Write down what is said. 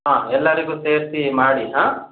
ಹಾಂ ಎಲ್ಲರಿಗು ಸೇರಿಸಿ ಮಾಡಿ ಹಾಂ